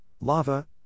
lava